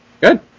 Good